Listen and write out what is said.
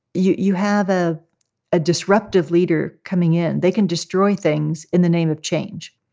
you you have a a disruptive leader coming in. they can destroy things in the name of change,